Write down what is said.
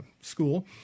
School